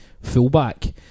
fullback